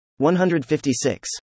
156